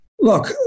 look